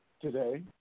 today